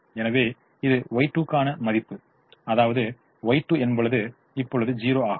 எனவே இது Y2 க்கான மதிப்பு அதாவது Y2 என்பது இப்பொழுது 0 ஆகும்